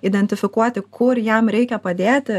identifikuoti kur jam reikia padėti